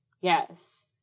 Yes